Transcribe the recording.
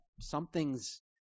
something's